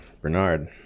bernard